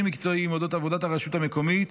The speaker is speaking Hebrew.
מקצועיים אודות עבודת הרשות המקומית